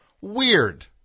weird